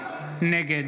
נגד